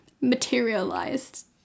materialized